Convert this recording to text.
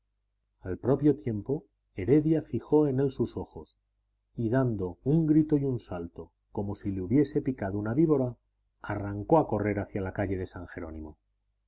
al propio tiempo heredia fijó en él sus ojos y dando un grito y un salto como si le hubiese picado una víbora arrancó a correr hacia la calle de san jerónimo